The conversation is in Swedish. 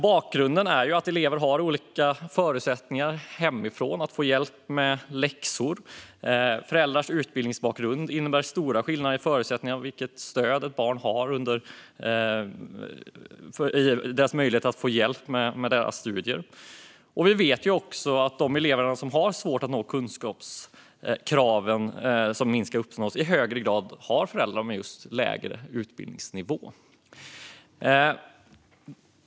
Bakgrunden är att elever har olika förutsättningar hemifrån när det gäller att få hjälp med läxor. Föräldrars utbildningsbakgrund innebär stora skillnader när det gäller vilka möjligheter barn har att få hjälp med sina studier. Vi vet också att de elever som har svårt att uppfylla de lägsta kunskapskraven i högre grad har föräldrar med lägre utbildningsnivå.